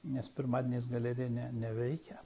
nes pirmadieniais galerija ne neveikia